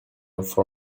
for